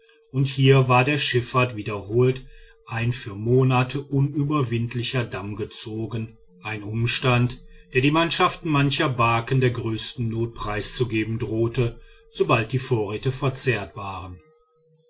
und hier war der schiffahrt wiederholt ein für monate unüberwindlicher damm gezogen ein umstand der die mannschaften mancher barken der größten not preiszugeben drohte sobald die vorräte verzehrt waren